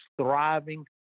thriving